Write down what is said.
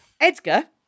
Edgar